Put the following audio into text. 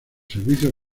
servicios